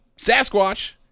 Sasquatch